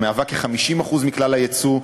המהווה כ-50% מכלל היצוא,